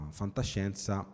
fantascienza